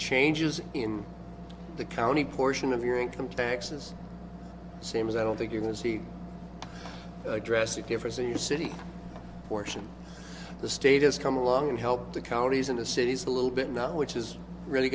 changes in the county portion of your income taxes same as i don't think you're going to see address the difference in the city portion the state has come along and help the counties and the cities a little bit now which is really